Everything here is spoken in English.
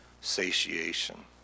satiation